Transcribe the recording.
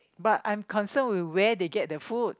but I am concerned with where they get the food